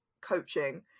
coaching